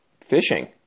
fishing